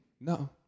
No